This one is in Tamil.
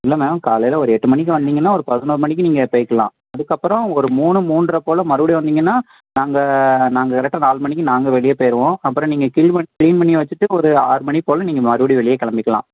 இல்லை மேம் காலையில் ஒரு எட்டு மணிக்கு வந்தீங்கன்னால் ஒரு பதினோரு மணிக்கு நீங்கள் போய்க்கலாம் அதுக்கப்புறம் ஒரு மூணு மூண்றரை போல் மறுபடியும் வந்தீங்கன்னால் நாங்கள் நாங்கள் கரெக்டாக நாலு மணிக்கு நாங்கள் வெளியே போயிடுவோம் அப்புறம் நீங்கள் கிளீன் பண்ணி கிளீன் பண்ணி வெச்சுட்டு ஒரு ஆறு மணி போல் நீங்கள் மறுபடியும் வெளியே கிளம்பிக்கலாம்